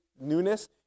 newness